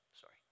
sorry